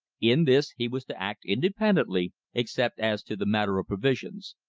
in this he was to act independently except as to the matter of provisions.